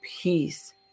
peace